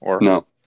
no